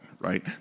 right